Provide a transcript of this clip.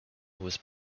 was